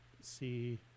see